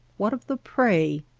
what of the prey!